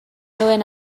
duen